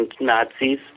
Nazis